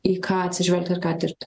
į ką atsižvelgti ir ką tirti